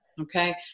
Okay